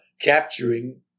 capturing